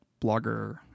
blogger